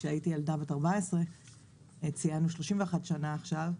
כשהייתי ילדה בת 14. ציינו 31 שנה עכשיו,